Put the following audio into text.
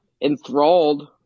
enthralled